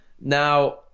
Now –